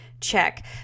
check